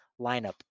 lineup